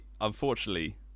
unfortunately